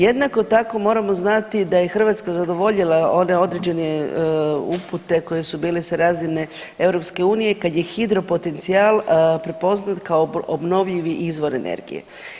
Jednako tako moramo znati da je Hrvatska zadovoljila one određene upute koje su bile sa razine EU kad je hidropotencijal prepoznat kao obnovljivi izvor energije.